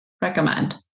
Recommend